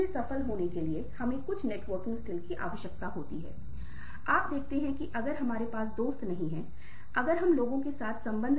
और अपने आप से भी संवाद करे इन घटनाओ के बारेमे आपने दोस्ततों से संवाद करे